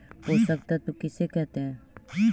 पोषक तत्त्व किसे कहते हैं?